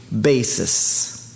basis